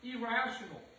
irrational